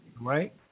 Right